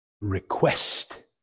request